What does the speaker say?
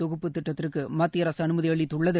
தொகுப்புத் திட்டத்திற்கு மத்திய அரசு அனுமதி அளித்துள்ளது